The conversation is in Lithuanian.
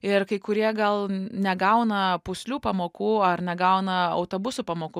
ir kai kurie gal n negauna pūslių pamokų ar negauna autobusų pamokų